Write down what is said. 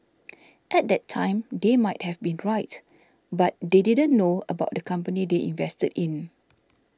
at that time they might have been right but they didn't know about the company they invested in